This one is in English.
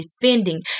defending